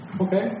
Okay